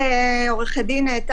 חוצפה לקרוא לאלימות "סכסוכי משפחה",